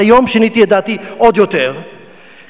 אבל היום שיניתי את דעתי עוד יותר כשגיליתי